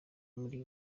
muri